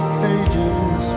pages